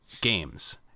games